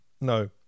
no